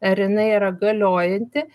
ar jinai yra galiojanti